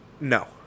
No